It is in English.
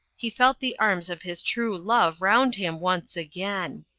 he felt the arms of his true love round him once again.